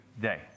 day